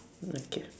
okay